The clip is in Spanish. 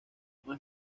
más